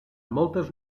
moltes